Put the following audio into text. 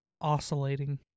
Oscillating